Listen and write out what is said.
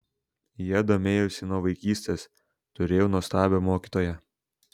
ja domėjausi nuo vaikystės turėjau nuostabią mokytoją